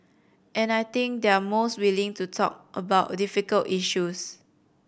and I think they're most willing to talk about difficult issues